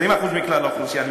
20% מכלל האוכלוסייה.